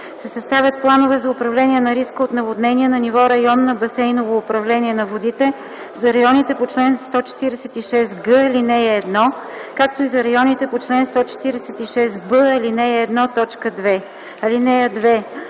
съставят планове за управление на риска от наводнения на ниво район на басейново управление на водите за районите по чл. 146г, ал. 1, както и за районите по чл. 146б, ал. 1,